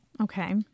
Okay